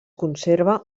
conserva